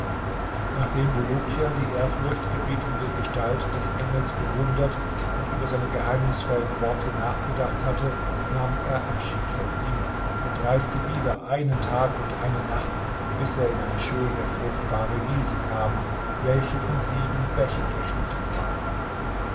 nachdem bulukia die ehrfurchtgebietende gestalt des engels bewundert und über seine geheimnisvollen worte nachgedacht hatte nahm er abschied von ihm und reiste wieder einen tag und eine nacht bis er in eine schöne fruchtbare wiese kam welche von sieben bächen durchschnitten war